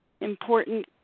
Important